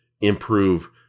improve